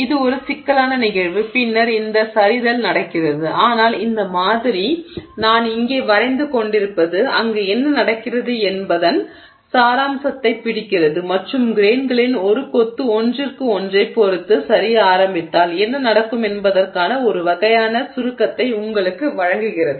இது ஒரு சிக்கலான நிகழ்வு பின்னர் இந்த சரிதல் நடக்கிறது ஆனால் இந்த மாதிரி நான் இங்கே வரைந்து கொண்டிருப்பது அங்கு என்ன நடக்கிறது என்பதன் சாராம்சத்தைப் பிடிக்கிறது மற்றும் கிரெய்ன்களின் ஒரு கொத்து ஒன்றிற்கு ஒன்றைப் பொறுத்து சரிய ஆரம்பித்தால் என்ன நடக்கும் என்பதற்கான ஒரு வகையான சுருக்கத்தை உங்களுக்கு வழங்குகிறது